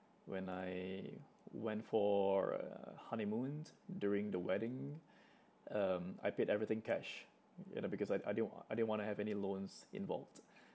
when I went for a honeymoon during the wedding um I paid everything cash you know because I I didn't I didn't want to have any loans involved